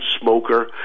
smoker